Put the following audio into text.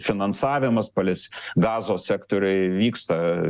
finansavimas pales gazos sektoriui vyksta